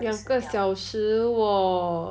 两个小时喔